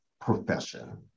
profession